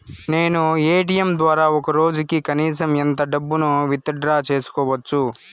నేను ఎ.టి.ఎం ద్వారా ఒక రోజుకి కనీసం ఎంత డబ్బును విత్ డ్రా సేసుకోవచ్చు?